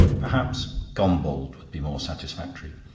perhaps gombauld would be more satisfactory.